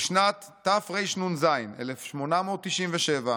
"בשנת תרנ"ז (1897)